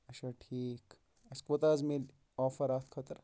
اچھا ٹھیٖک اَسہِ کوٗتاہ حظ ملہِ آفَر اَتھ خٲطر